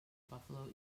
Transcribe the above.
buffalo